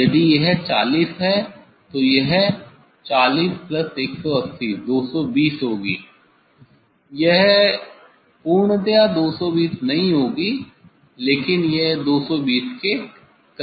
यदि यह 40 है तो यह 40180220 होगी यह पूर्णतया 220 नहीं होगी लेकिन यह 220 के करीब होगी